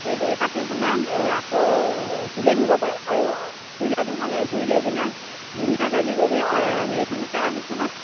সেই কৰি কাটি মানে আকৌ ধুলে ধুব আৰু ধুই লোৱাতো ভাল আৰু ধুই লৈ পিনে ধুনীয়াকে কি কৰিবি হেৰিখনত কেৰাহীখনত